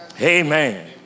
Amen